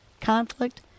conflict